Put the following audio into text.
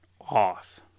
off